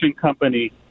company